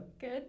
Good